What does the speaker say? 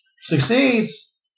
Succeeds